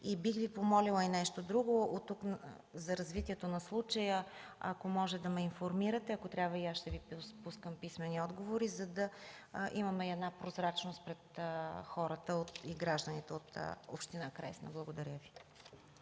Бих Ви помолила и нещо друго – за развитието на случая, ако може да ме информирате, а и аз ще Ви пускам писмени отговори, за да имаме една прозрачност пред хората и гражданите от община Кресна. Благодаря Ви.